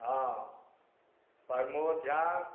हॅं परमोद झा